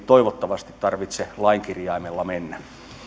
toivottavasti tarvitse lain kirjaimella mennä